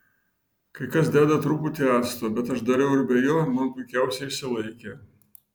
kai kas deda truputį acto bet aš dariau ir be jo man puikiausiai išsilaikė